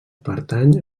pertany